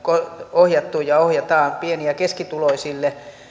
ohjattu ja ohjataan pieni ja keskituloisille